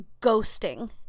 ghosting